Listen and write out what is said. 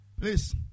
please